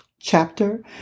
chapter